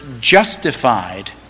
justified